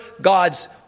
God's